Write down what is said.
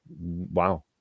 wow